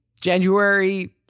January